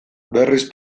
berriz